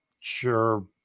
sure